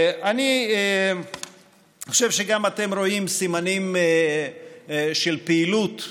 אני חושב שגם אתם רואים סימנים של פעילות,